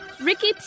Ricky